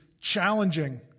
challenging